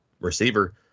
receiver